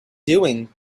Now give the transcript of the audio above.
doing